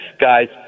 Guys